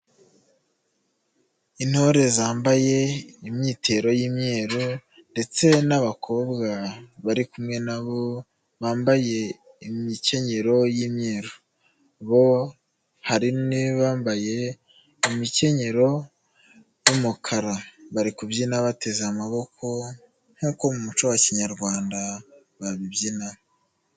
Intore zambaye imyitero y'imyero, ndetse n'abakobwa bari kumwe nabo, bambaye imikenyero y'imyeru, bo hari bambaye imikenyero y'umukara bari kubyina bateze amaboko nkuko mu muco wa kinyarwanda babibyina.